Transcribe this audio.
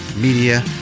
Media